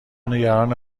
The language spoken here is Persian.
نگران